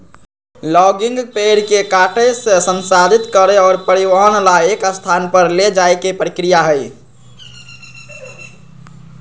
logging पेड़ के काटे से, संसाधित करे और परिवहन ला एक स्थान पर ले जाये के प्रक्रिया हई